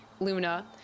Luna